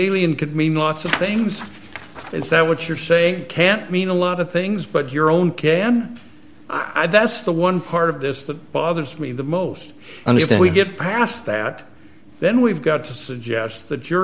alien could mean lots of things is that what you're saying can mean a lot of things but your own k n i that's the one part of this that bothers me the most and you think we get past that then we've got to suggest that your